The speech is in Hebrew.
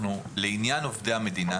לעניין עובדי המדינה